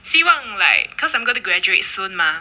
希望 like cause I'm going to graduate soon mah